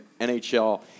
NHL